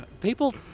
people